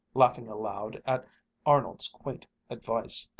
laughing aloud at arnold's quaint advice.